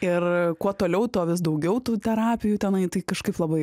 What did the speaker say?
ir kuo toliau tuo vis daugiau tų terapijų tenai tai kažkaip labai